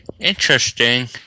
Interesting